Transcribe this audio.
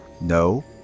No